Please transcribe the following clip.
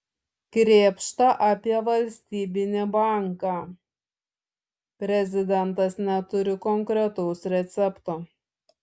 krėpšta apie valstybinį banką prezidentas neturi konkretaus recepto